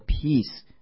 peace